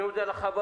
אני מודיע לחברות,